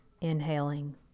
Inhaling